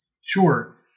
Sure